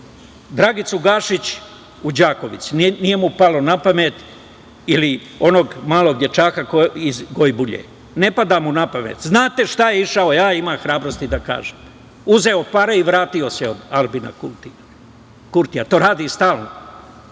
Dragicu Gašić u Đakovici? Nije mu palo napamet. Ili onog malog dečaka iz Gojbulje? Ne pada mu napamet. Znate zašto je išao? Ja imam hrabrosti da kažem - uzeo je pare i vratio se od Aljbina Kurtija. To radi stalno.